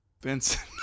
Vincent